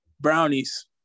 Brownies